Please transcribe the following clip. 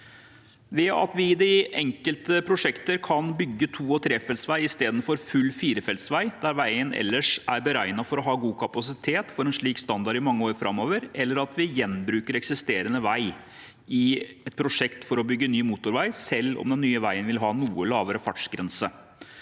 Det at vi i enkelte prosjekter kan bygge to- og trefeltsvei istedenfor full firefeltsvei der veien ellers er beregnet å ha god kapasitet for en slik standard i mange år framover, eller at vi gjenbruker eksisterende vei i et prosjekt for å bygge ny motorvei, selv om den nye veien vil ha noe lavere fartsgrense,